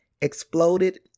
exploded